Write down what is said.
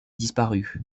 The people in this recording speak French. disparut